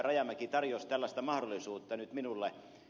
rajamäki tarjosi tällaista mahdollisuutta nyt minulle